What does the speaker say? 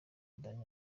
dany